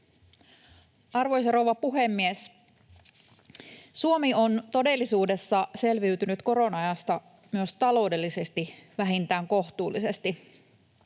Arvoisa rouva puhemies! Suomi on todellisuudessa selviytynyt korona-ajasta myös taloudellisesti vähintään kohtuullisesti.